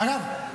ואגב,